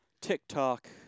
TikTok